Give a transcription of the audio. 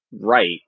right